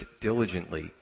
diligently